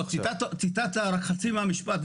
לא, ציטטת רק חצי מהמשפט.